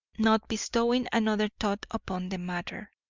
not bestowing another thought upon the matter.